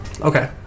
okay